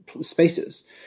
spaces